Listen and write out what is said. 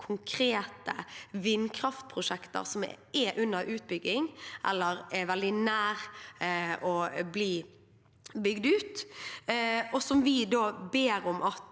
konkrete vindkraftprosjekter som er under utbygging – eller er veldig nær å bli bygd ut – og som vi ber om at